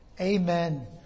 Amen